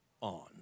on